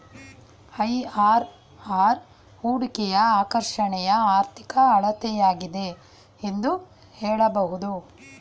IRR ಹೂಡಿಕೆಯ ಆಕರ್ಷಣೆಯ ಆರ್ಥಿಕ ಅಳತೆಯಾಗಿದೆ ಎಂದು ಹೇಳಬಹುದು